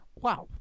Wow